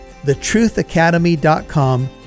thetruthacademy.com